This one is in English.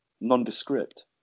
nondescript